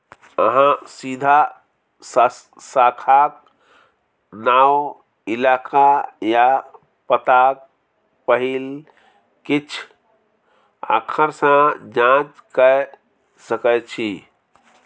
अहाँ सीधा शाखाक नाओ, इलाका या पताक पहिल किछ आखर सँ जाँच कए सकै छी